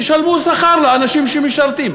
תשלמו שכר לאנשים שמשרתים.